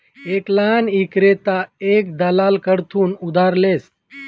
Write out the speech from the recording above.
एक लहान ईक्रेता एक दलाल कडथून उधार लेस